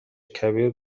کبیر